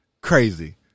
crazy